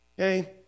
Okay